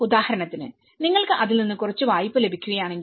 ഉദാഹരണത്തിന് നിങ്ങൾക്ക് അതിൽ നിന്ന് കുറച്ച് വായ്പ ലഭിക്കുകയാണെങ്കിൽ